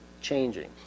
changing